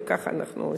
וככה אנחנו עושים.